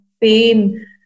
pain